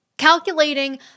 Calculating